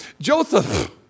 Joseph